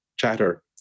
chatter